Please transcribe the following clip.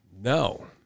No